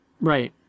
Right